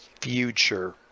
future